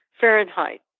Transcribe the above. Fahrenheit